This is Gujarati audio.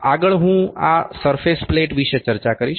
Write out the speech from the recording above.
આગળ હું આ સરફેસ પ્લેટ વિશે ચર્ચા કરીશ